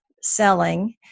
selling